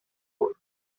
board